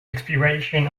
expiration